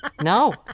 No